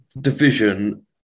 division